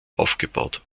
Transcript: aufgebaut